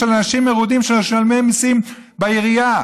של אנשים מרודים שמשלמים מיסים בעירייה,